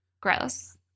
Gross